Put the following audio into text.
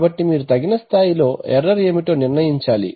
కాబట్టి మీరు తగిన స్థాయి లో ఎర్రర్ ఏమిటో నిర్ణయించాలి